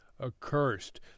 accursed